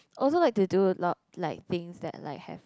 also like to do a lot like things like that have